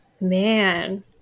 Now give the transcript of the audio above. man